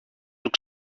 του